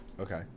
okay